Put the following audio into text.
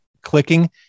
clicking